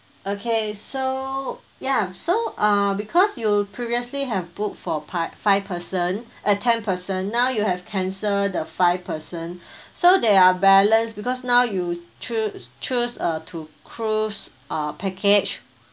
okay so ya so uh because you previously have booked for park~ five person uh ten person now you have cancelled the five person so there are balance because now you choose choose uh to cruise uh package